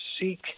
seek